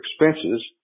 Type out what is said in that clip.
expenses